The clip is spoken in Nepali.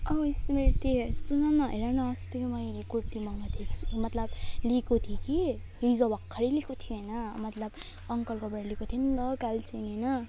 ओ स्मृति सुन न हेर न अस्ति के मैले कुर्ती मगाएको थिएँ कि मतलब लिएको थिएँ कि हिजो भर्खरै लिएको थिएँ हैन मतलब अङ्कलकोबाट लिएको थिएँ नि ल कालचिनी हैन